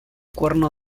cuerno